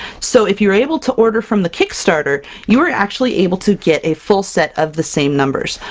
so if you were able to order from the kickstarter you are actually able to get a full set of the same numbers!